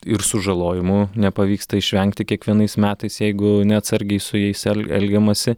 ir sužalojimų nepavyksta išvengti kiekvienais metais jeigu neatsargiai su jais el elgiamasi